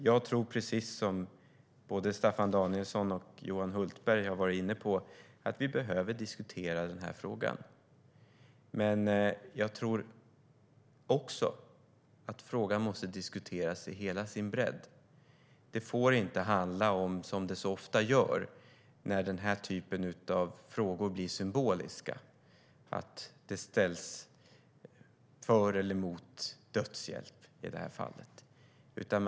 Jag tror, precis som både Staffan Danielsson och Johan Hultberg har varit inne på, att vi behöver diskutera frågan. Jag tror dock också att frågan måste diskuteras i hela sin bredd. Det får inte, som så ofta när den här typen av frågor blir symboliska, handla om att ställa sig för eller emot i det här fallet dödshjälp.